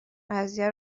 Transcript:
قضیه